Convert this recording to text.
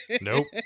Nope